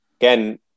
Again